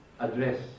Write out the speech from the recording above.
address